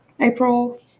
April